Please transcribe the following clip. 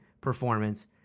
performance